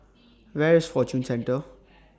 Where IS Fortune Centre